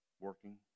working